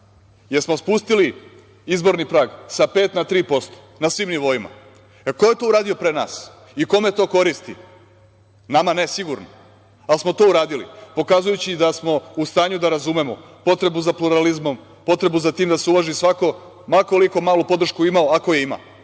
Jesmo li spustili izborni prag sa 5% na 3% na svim nivoima? Ko je to uradio pre nas i kome to koristi? Nama ne sigurno, ali smo to uradili, pokazujući da smo u stanju da razumemo potrebu za pluralizmom, potrebu za tim da se uvaži svako, ma koliko malu podršku imao, ako je ima,